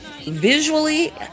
visually